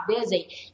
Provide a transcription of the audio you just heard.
busy